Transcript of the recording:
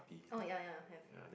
oh ya ya have